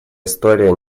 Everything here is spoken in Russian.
история